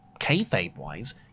kayfabe-wise